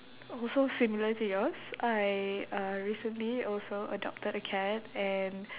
also similar to yours I uh recently also adopted a cat and